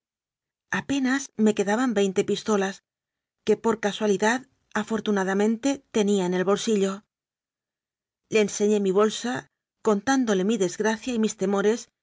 apenas me quedaban veinte pistolas que por casualidad afor tunadamente tenía en el bolsillo le enseñé mi bolsa contándole mi desgracia y mis temores